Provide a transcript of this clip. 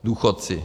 Důchodci.